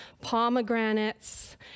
pomegranates